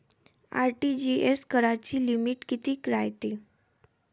RTGS कराची limit कितीक रायते?